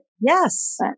Yes